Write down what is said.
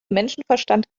menschenverstand